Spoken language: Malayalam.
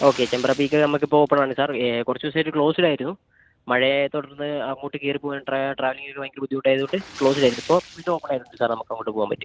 ഓക്കെ ചെമ്പ്ര പീക്ക് നമുക്കിപ്പോൾ ഓപ്പൺ ആണ് സർ കുറച്ചുദിവസമായിട്ട് ക്ലോസിലാരുന്നു മഴയെത്തുടർന്ന് അങ്ങോട്ട് കയറിപ്പോകാൻ ട്രാവൽ ചെയ്യാൻ ഭയങ്കര ബുദ്ധിമുട്ടായതുകൊണ്ട് ക്ലോസിലാരുന്നു ഇപ്പോൾ വീണ്ടും ഓപ്പണായിട്ടുണ്ട് സർ നമുക്കങ്ങോട്ട് പോകാൻ പറ്റും